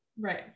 Right